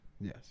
Yes